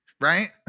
right